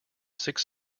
six